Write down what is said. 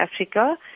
Africa